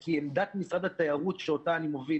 כי עמדת משרד התיירות שאותה אני מוביל